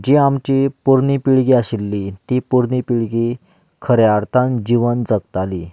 जी आमची पोरणी पिळगी आशिल्ली ती पोरणी पिळगी खऱ्या अर्थान जीवन जगताली